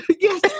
Yes